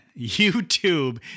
YouTube